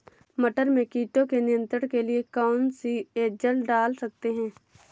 मटर में कीटों के नियंत्रण के लिए कौन सी एजल डाल सकते हैं?